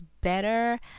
better